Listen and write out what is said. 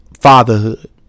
Fatherhood